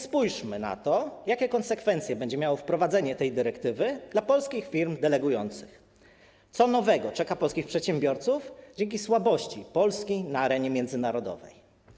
Spójrzmy więc na to, jakie konsekwencje będzie miało wprowadzenie tej dyrektywy dla polskich firm delegujących, co nowego czeka polskich przedsiębiorców z powodu słabości Polski na arenie międzynarodowej.